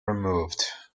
removed